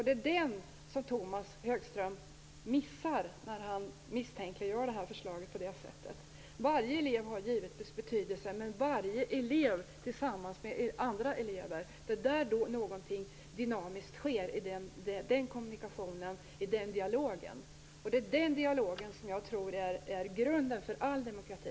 Det är det som Tomas Högström missar när han misstänkliggör detta förslag på det sätt som han gör. Varje elev har givetvis betydelse. Men varje elev skall verka tillsammans med andra elever. Det är i den kommunikationen och i den dialogen som någonting dynamiskt sker. Den är den dialogen som är grunden för all demokrati.